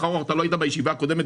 אתה לא היית בישיבה הקודמת,